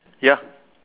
ya